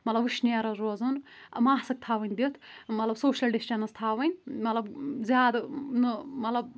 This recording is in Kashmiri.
مَطلب وٕشنیرَس روزُن ماسٕک تھاوٕنۍ دِتھ مطلب سوشل ڈِسٹیٚنٕس تھاوٕنۍ مطلب زیادٕ نہٕ مطلب